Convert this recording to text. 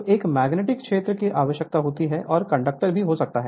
तो एक मैग्नेटिक क्षेत्र की आवश्यकता होती है और कंडक्टर भी हो सकता है